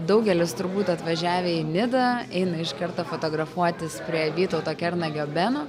daugelis turbūt atvažiavę į nidą eina iškarto fotografuotis prie vytauto kernagio beno